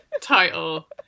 title